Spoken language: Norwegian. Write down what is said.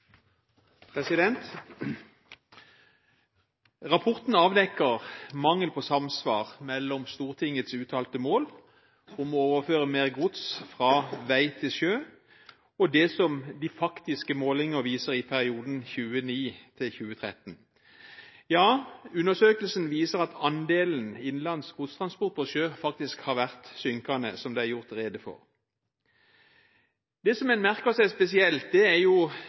Rapporten avdekker mangel på samsvar mellom Stortingets uttalte mål om å overføre mer gods fra vei til sjø og det som de faktiske målinger viser i perioden 2009–2013. Ja, undersøkelsen viser at andelen innenlands godstransport på sjø faktisk har vært synkende, som det er gjort rede for. Det som en merker seg spesielt, er